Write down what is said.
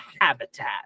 habitat